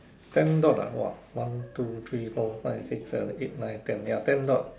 ten dot ah !wah! one two three four five six seven eight nine ten ya ten dot